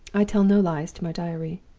i tell no lies to my diary.